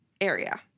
area